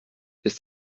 bis